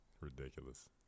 ridiculous